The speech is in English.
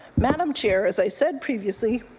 madam chair as i said previously,